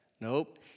Nope